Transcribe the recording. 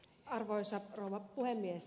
arvoisa rouva puhemies